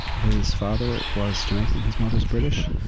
his father was jamaican his mother's british.